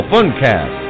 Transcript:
Funcast